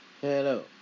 Hello